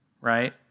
right